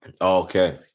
okay